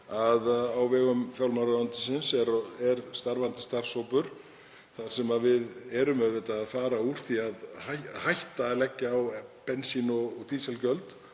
að á vegum fjármálaráðuneytisins er starfandi starfshópur vegna þess að við erum auðvitað að fara úr því að hætta að leggja á bensín- og dísilgjöld